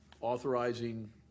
authorizing